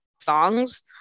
songs